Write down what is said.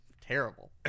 terrible